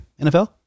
NFL